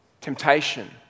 temptation